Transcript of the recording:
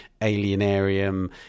alienarium